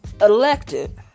elected